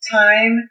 time